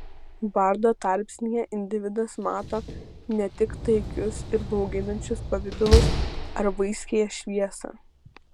bardo tarpsnyje individas mato ne tik taikius ir bauginančius pavidalus ar vaiskiąją šviesą